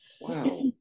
Wow